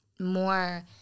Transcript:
more